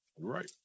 Right